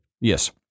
Yes